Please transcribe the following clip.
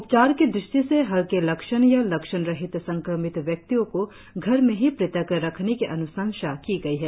उपचार की दृष्टि से हल्के लक्षण या लक्षणरहित संक्रमित व्यक्ति को घर में ही पृथक रखने की अन्शंसा की गई है